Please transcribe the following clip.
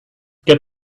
get